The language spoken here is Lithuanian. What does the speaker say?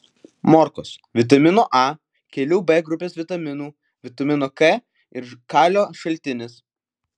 morkos vitamino a kelių b grupės vitaminų vitamino k ir kalio šaltinis